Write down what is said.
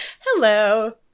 Hello